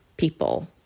people